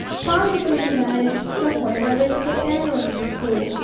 pa usually managed some way or other to get daniel and me to school.